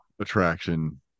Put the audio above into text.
Attraction